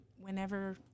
whenever